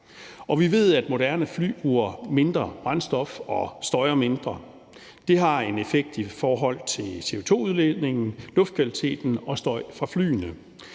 Vi ved, at moderne fly bruger mindre brændstof og støjer mindre. Det har en effekt i forhold til CO2-udledningen, luftkvaliteten og støj fra flyene.